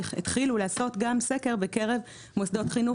התחילו לעשות גם סקר בקרב מוסדות חינוך